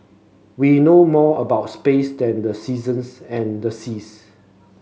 we know more about space than the seasons and the seas